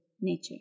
nature